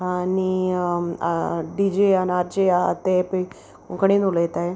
आनी D J आनी R J आहाय ते पय कोंकणीन उलयताय